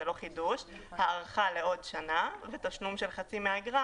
זה לא חידוש הארכה לעוד שנה בתשלום של חצי מהאגרה.